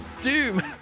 Doom